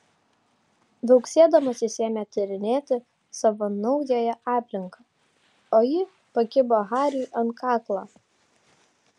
viauksėdamas jis ėmė tyrinėti savo naująją aplinką o ji pakibo hariui ant kaklo